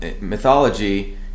mythology